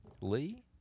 Lee